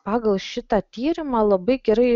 pagal šitą tyrimą labai gerai